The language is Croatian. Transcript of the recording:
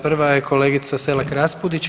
Prva je kolegica Selak Raspudić.